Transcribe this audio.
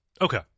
Okay